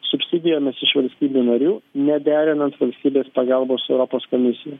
subsidijomis iš valstybių narių nederinant valstybės pagalbos su europos komisija